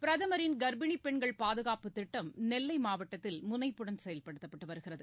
பிரதமரின் கர்ப்பிணிபெண்கள் பாதுகாப்பு திட்டம் நெல்லைமாவட்டத்தில் முனைப்புடன் செயல்படுத்தப்பட்டுவருகிறது